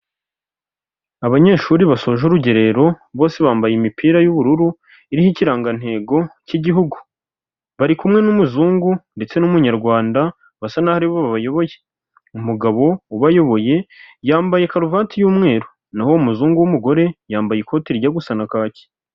Abanyeshuri basoje urugerero bose bambaye imipira y'ubururu iriho ikirangantego cy'igihugu, bari kumwe n'umuzungu ndetse n'umunyarwanda basa naho aribo babayoboye, umugabo ubayoboye yambaye karuvati y'umweru naho uwo muzungu w'umugore yambaye ikote ryijya gusa na kaki.